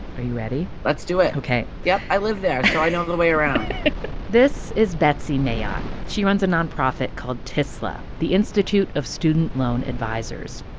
are you ready? let's do it ok yep, i live there so i know the way around this is betsy mayotte. she runs a nonprofit called tisla, the institute of student loan advisors.